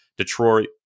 Detroit